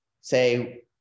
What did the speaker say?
say